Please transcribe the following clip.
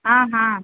ಹಾಂ ಹಾಂ